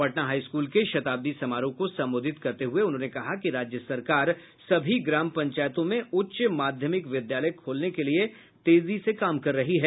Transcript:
Patna high school के शताब्दी समारोह को संबोधित करते हुये उन्होंने कहा कि राज्य सरकार सभी ग्राम पंचायतों में उच्च माध्यमिक विद्यालय खोलने के लिए तेजी से काम कर रही है